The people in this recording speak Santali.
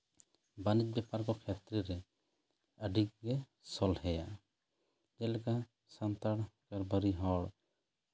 ᱵᱟᱹᱱᱤᱡᱽ ᱵᱮᱯᱟᱨ ᱠᱚ ᱠᱷᱮᱛᱨᱮ ᱨᱮ ᱟᱹᱰᱤᱜᱮ ᱥᱚᱞᱦᱮᱭᱟ ᱡᱮᱞᱮᱠᱟ ᱥᱟᱱᱛᱟᱲ ᱯᱟᱹᱨᱤᱥ ᱨᱮᱱ ᱦᱚᱲ